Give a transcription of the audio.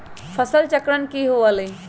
फसल चक्रण की हुआ लाई?